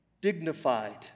dignified